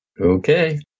okay